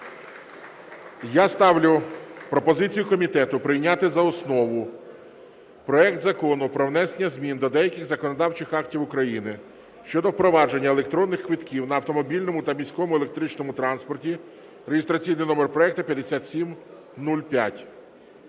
Я ставлю пропозицію комітету прийняти за основу проект Закону про внесення змін до деяких законодавчих актів України щодо впровадження електронних квитків на автомобільному та міському електричному транспорті (реєстраційний номер проекту 5705).